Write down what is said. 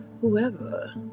whoever